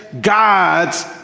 God's